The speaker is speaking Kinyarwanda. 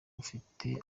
bufite